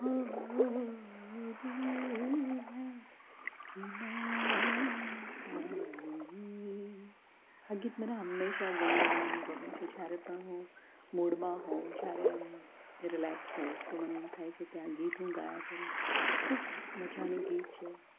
હો ઓ દિલ હૈ કી માનતા નહીં આ ગીત મને હંમેશા ગણગણાવાનું ગમે છે જ્યારે પણ હું મૂડમાં હોઉં જ્યારે રિલેક્સ હોઉં તો મને એમ થાય છે કે આ ગીત હું ગાયા કરું ખૂબ મજાનું ગીત છે